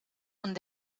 und